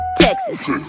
Texas